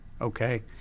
okay